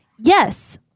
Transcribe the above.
Yes